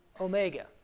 Omega